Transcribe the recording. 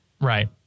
Right